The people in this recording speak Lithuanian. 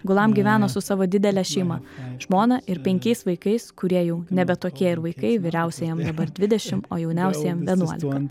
gulam gyveno su savo didele šeima žmona ir penkiais vaikais kurie jau nebe tokie ir vaikai vyriausiajam dabar dvidešim o jauniausiajam vienuolika